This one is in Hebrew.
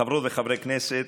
חברות וחברי כנסת,